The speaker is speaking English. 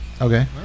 Okay